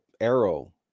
arrow